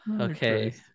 Okay